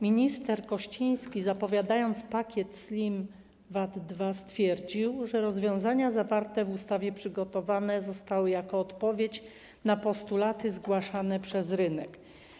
Minister Kościński, zapowiadając pakiet Slim VAT 2, stwierdził, że rozwiązania zawarte w ustawie przygotowane zostały jako odpowiedź na postulaty zgłaszane przez rynek.